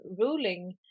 ruling